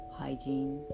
hygiene